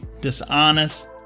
dishonest